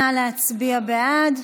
נא להצביע בעד.